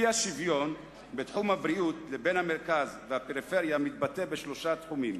האי-שוויון בתחום הבריאות בין המרכז לפריפריה מתבטא בשלושה תחומים: